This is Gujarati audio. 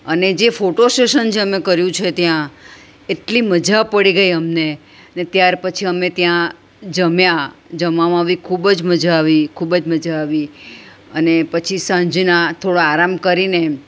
અને જે ફોટો સેશન જે અમે કર્યું છે ત્યાં એટલી મજા પડી ગઈ અમને અને ત્યાર પછી અમે ત્યાં જમ્યા જમવામાં પણ ખૂબ જ મજા આવી ખૂબ જ મજા આવી અને પછી સાંજના થોડો આરામ કરીને